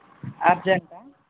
అర్జెంటా